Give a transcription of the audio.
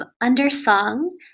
UnderSong